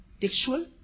textual